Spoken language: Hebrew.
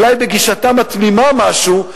אולי בגישתם התמימה משהו,